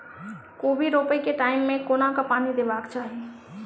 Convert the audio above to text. कोबी रोपय केँ टायम मे कोना कऽ पानि देबाक चही?